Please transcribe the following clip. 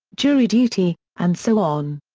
jury duty, and so on.